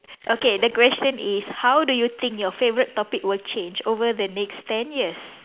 okay the question is how do you think your favourite topic will change over the next ten years